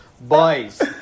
Boys